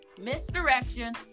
misdirection